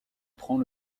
prend